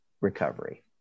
recovery